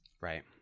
Right